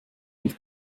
nicht